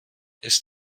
ist